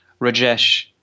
Rajesh